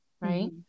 Right